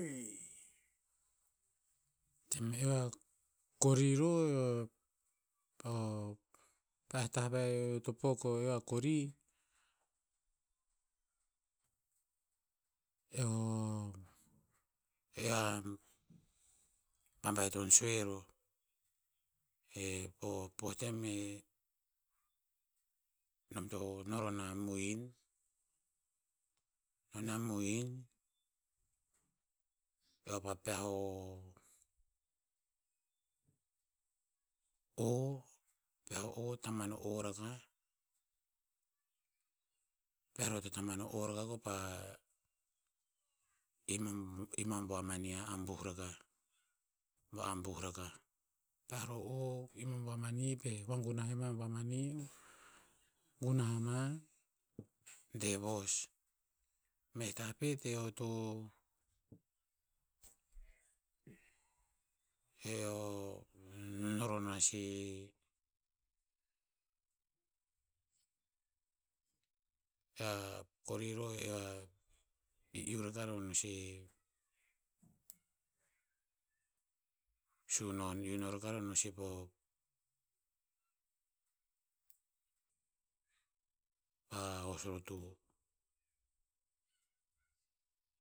tem eo a kori ro, pah tah ve eo to pok o eo he a kori, eo- eo a babaiton sue roh. E, poh tem e, nom to no rona mohin, no na mohin, eo pa peah o, o. Peah o o, taman no o rakah. Peah ro tataman no o rakah ko pa, im- im a bua mani a abuh rakah. Bua abuh rakah. Peah ro o o, im a bua mani pa'eh hoa gunah ima bua mani, gunah ama de vos. Meh tah pet eo to, eo, no rona si. Eo a kori ro, eo a, i'iu raka ro no si sunon. Iu no raka ro no si po, a hos rotu.